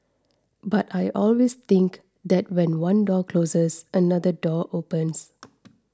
but I always think that when one door closes another door opens